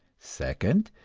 second,